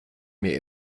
mir